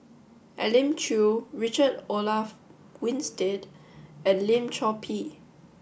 Elim Chew Richard Olaf Winstedt and Lim Chor Pee